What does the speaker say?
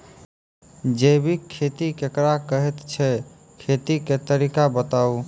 जैबिक खेती केकरा कहैत छै, खेतीक तरीका बताऊ?